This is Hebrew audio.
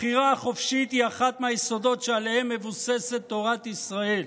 הבחירה החופשית היא אחד מהיסודות שעליהם מבוססת תורת ישראל.